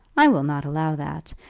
i will not allow that.